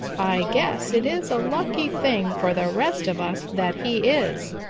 i guess it is a lucky thing for the rest of us that he is.